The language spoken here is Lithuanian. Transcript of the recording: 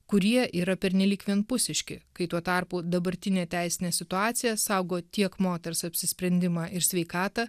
kurie yra pernelyg vienpusiški kai tuo tarpu dabartinė teisinė situacija saugo tiek moters apsisprendimą ir sveikatą